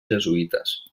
jesuïtes